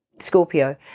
Scorpio